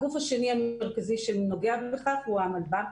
הגוף השני המרכזי שנוגע בכך הוא המלב"ם,